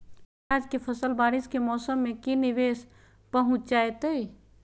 प्याज के फसल बारिस के मौसम में की निवेस पहुचैताई?